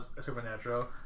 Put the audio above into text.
supernatural